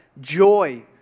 joy